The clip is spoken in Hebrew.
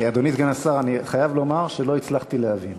אדוני סגן השר, אני חייב לומר שלא הצלחתי להבין.